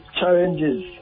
challenges